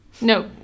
No